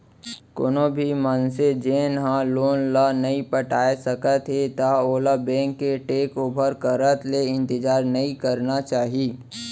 कोनो भी मनसे जेन ह लोन ल नइ पटाए सकत हे त ओला बेंक के टेक ओवर करत ले इंतजार नइ करना चाही